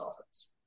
offense